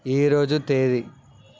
ఈ రోజు తేది